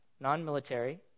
non-military